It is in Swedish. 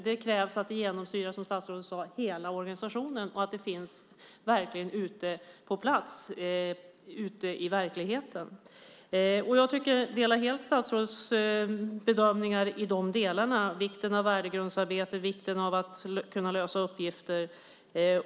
Det krävs, som statsrådet sade, att detta genomsyrar hela organisationen och att det finns på plats ute i verkligheten. Jag delar helt statsrådets bedömningar när det gäller vikten av värdegrundsarbetet och vikten av att kunna lösa uppgifter.